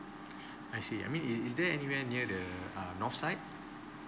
I see I mean is is there anywhere near the uh north side